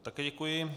Také děkuji.